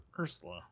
Ursula